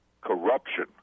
corruption